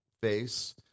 face